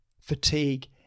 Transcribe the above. fatigue